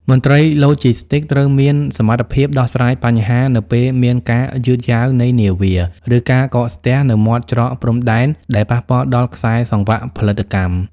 មន្ត្រីឡូជីស្ទីកត្រូវមានសមត្ថភាពដោះស្រាយបញ្ហានៅពេលមានការយឺតយ៉ាវនៃនាវា ឬការកកស្ទះនៅមាត់ច្រកព្រំដែនដែលប៉ះពាល់ដល់ខ្សែសង្វាក់ផលិតកម្ម។